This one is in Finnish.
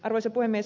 arvoisa puhemies